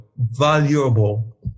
valuable